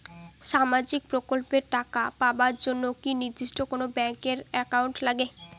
সামাজিক প্রকল্পের টাকা পাবার জন্যে কি নির্দিষ্ট কোনো ব্যাংক এর একাউন্ট লাগে?